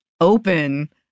open